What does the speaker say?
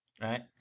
right